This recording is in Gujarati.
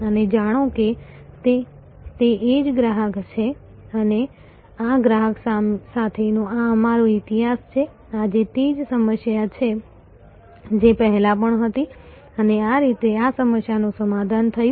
અને જાણો કે તે એ જ ગ્રાહક છે અને આ ગ્રાહક સાથેનો આ અમારો ઇતિહાસ છે આ તે જ સમસ્યા છે જે પહેલા પણ હતી અને આ રીતે આ સમસ્યાનું સમાધાન થયું